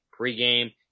pregame